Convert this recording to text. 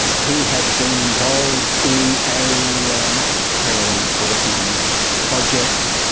he had been involved in a yeah heroin importing project.